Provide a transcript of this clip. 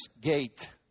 gate